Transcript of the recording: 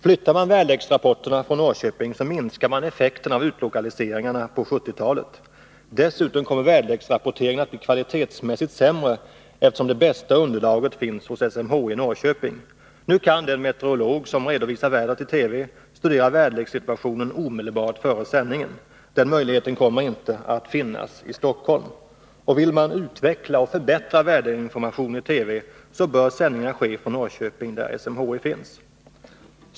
Flyttar man väderleksrapporterna från Norrköping minskar man effekterna av utlokaliseringarna på 1970-talet. Dessutom kommer väderleksrapporteringen att bli kvalitetsmässigt sämre, eftersom det bästa underlaget finns hos SMHI i Norrköping. Nu kan den meteorolog som redovisar vädret i TV studera väderlekssituationen omedelbart före sändningen. Den möjligheten kommer inte att finnas i Stockholm. Vill man utveckla och förbättra väderinformationen i TV bör sändningarna ske från Norrköping, där SMHI finns.